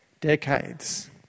decades